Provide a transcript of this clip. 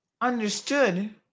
understood